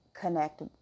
connect